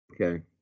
Okay